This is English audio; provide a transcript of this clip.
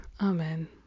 Amen